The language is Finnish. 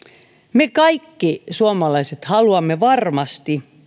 me kaikki suomalaiset haluamme varmasti